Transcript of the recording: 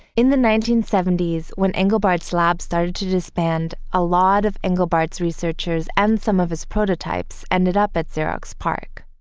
in the nineteen seventy s, when engelbart's lab started to disband, a lot of engelbart's researchers and some of his prototypes ended up at xerox parc